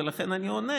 ולכן אני עונה